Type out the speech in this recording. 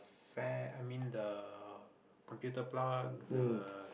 fan I mean the computer plug the